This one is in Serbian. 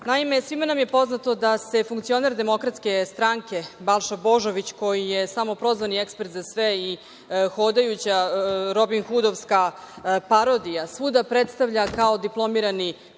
svima nam je poznato da se funkcioner DS Balša Božović koji je samoprozvani ekspert za sve i hodajuća Robin Hudovska parodija, svuda predstavlja kao diplomirani